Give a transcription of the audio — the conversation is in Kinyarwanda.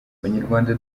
abanyarwanda